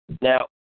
Now